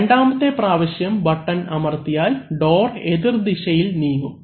രണ്ടാമത്തെ പ്രാവശ്യം ബട്ടൺ അമർത്തിയാൽ ഡോർ എതിർദിശയിൽ നീങ്ങും